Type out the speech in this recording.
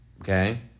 Okay